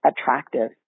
attractive